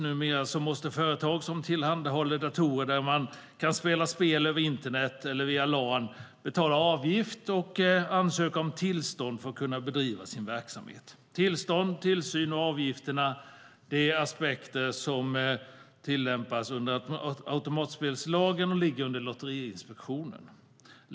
Numera måste företag som tillhandahåller datorer där man kan spela spel över internet eller via LAN betala avgift och ansöka om tillstånd för att kunna bedriva verksamhet. Tillstånd, tillsyn och avgifter är aspekter som tillämpas under automatspelslagen och ligger under Lotteriinspektionen.